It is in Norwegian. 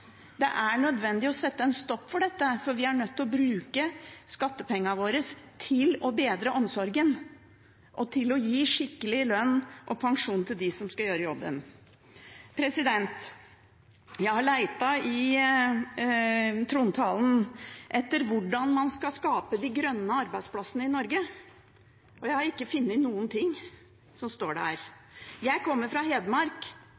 Det er nødvendig å sette en stopper for det, for vi er nødt til å bruke skattepengene våre til å bedre omsorgen og til å gi skikkelig lønn og pensjon til dem som skal gjøre jobben. Jeg har lett i trontalen etter hvordan man skal skape de grønne arbeidsplassene i Norge, og jeg har ikke funnet at det står noen ting. Jeg kommer fra Hedmark, det fylket som